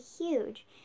huge